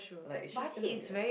like it's just gonna be like